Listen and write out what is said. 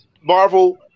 Marvel